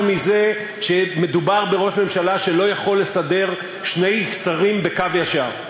מזה שמדובר בראש ממשלה שלא יכול לסדר שני שרים בקו ישר.